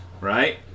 Right